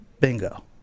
Bingo